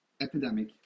epidemic